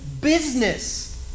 business